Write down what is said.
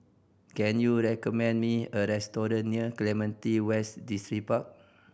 can you recommend me a restaurant near Clementi West Distripark